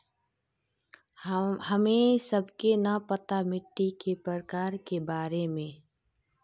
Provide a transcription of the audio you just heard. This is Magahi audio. हमें सबके न पता मिट्टी के प्रकार के बारे में?